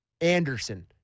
Anderson